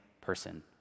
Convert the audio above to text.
person